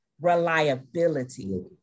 reliability